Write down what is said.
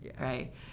right